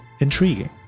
Intriguing